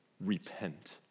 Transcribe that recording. Repent